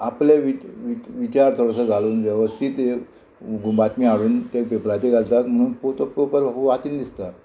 आपले विच विच विचार थोडोसो घालून वेवस्थीत घुम बातमी हाडून ते पेपराचेर घालतात म्हणून पो तो पोवपाक वाचीन दिसता